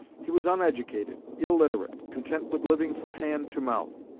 he was uneducated, illiterate, content with living from hand to mouth.